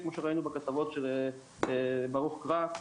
כמו שראינו בכתבות של ברוך קרא.